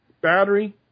Battery